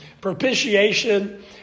propitiation